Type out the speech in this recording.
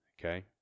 Okay